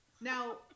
Now